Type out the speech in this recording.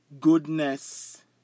Goodness